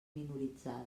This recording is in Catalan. minoritzades